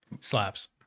Slaps